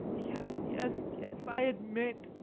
yes, yes, yes, i admit!